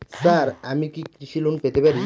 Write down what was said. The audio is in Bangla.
স্যার আমি কি কৃষি লোন পেতে পারি?